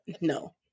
No